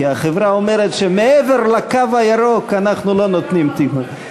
כי החברה אומרת: מעבר לקו הירוק אנחנו לא נותנים שירות.